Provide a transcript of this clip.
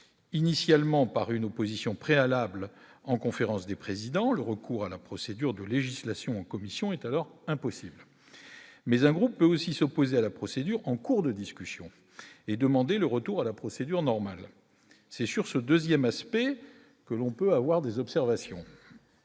initialement par une opposition préalable en conférence des présidents, le recours à la procédure de législation commission est alors impossible mais un groupe aussi s'opposer à la procédure en cours de discussion et demandé le retour à la procédure normale, c'est sur ce 2ème aspect que l'on peut avoir des observations